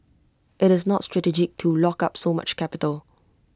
IT is not strategic to lock up so much capital